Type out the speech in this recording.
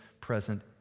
present